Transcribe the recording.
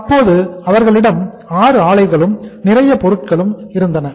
அப்போது அவர்களிடம் ஆறு ஆலைகளும் நிறைய பொருட்களும் இருந்தன